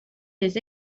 des